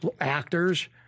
actors